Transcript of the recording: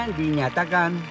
dinyatakan